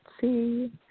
see